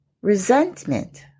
resentment